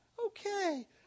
okay